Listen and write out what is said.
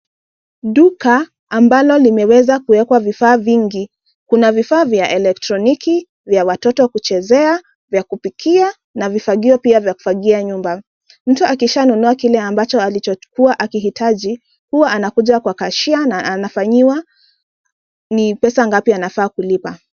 Duka ambalo limeweza kuwekwa vifaa vingi. Kuna vifaa vya eletroniki, vya watoto kuchezea , vya kupikia na vifagio pia vya kufagia nyumba. Mtu akishanunua kile ambacho alichokuwa akihitaji, huwa anakuja kwa cashier na anafanyiwa ni pesa ngapi anafaa kulipa.